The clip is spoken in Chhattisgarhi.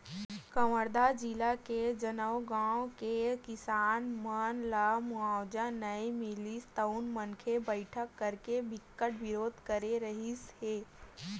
कवर्धा जिला के जउन गाँव के किसान मन ल मुवावजा नइ मिलिस तउन मन बइठका करके बिकट बिरोध करे रिहिस हे